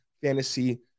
fantasy